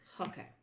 Okay